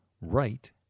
right